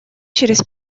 через